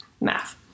Math